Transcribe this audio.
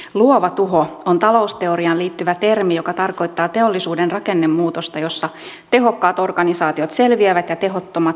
luova tuho on talousteoriaan liittyvä termi joka tarkoittaa teollisuuden rakennemuutosta jossa tehokkaat organisaatiot selviävät ja tehottomat tuhoutuvat